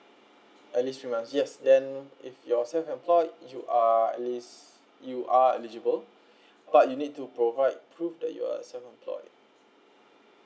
at least three months yes then if you're self employed you are at least you are eligible but you need to provide proof that you're self employed